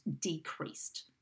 decreased